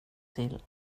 till